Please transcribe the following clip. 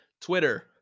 Twitter